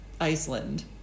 Iceland